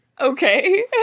Okay